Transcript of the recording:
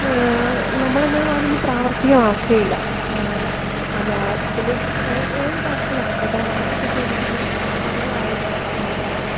നമ്മളന്നും അതൊന്നും പ്രാവർത്തികമാക്കയില്ല മലയാളത്തിലും ഏത് ഭാഷയിലായിക്കോട്ടെ നമുക്ക് കിട്ടിയിരിക്കുന്ന നമ്മുടെ കാര്യങ്ങൾ എല്ലാം നോക്കാനും